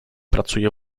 pracuje